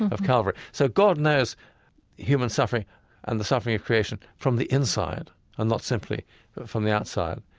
of calvary so god knows human suffering and the suffering of creation from the inside and not simply from the outside.